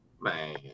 Man